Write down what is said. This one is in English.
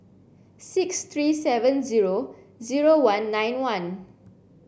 six three seven zero zero one nine one